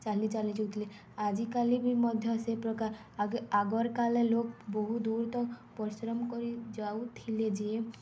ଚାଲି ଚାଲି ଯାଉଥିଲେ ଆଜିକାଲି ବି ମଧ୍ୟ ସେ ପ୍ରକାର୍ ଆଗ ଆଗର୍ କଲେ ଲୋକ୍ ବହୁତ୍ ଦୂର୍ ତକ୍ ପରିଶ୍ରମ୍ କରି ଯାଉଥିଲେ ଯେ